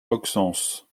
auxances